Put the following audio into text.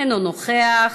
אינו נוכח,